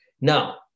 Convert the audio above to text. Now